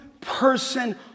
person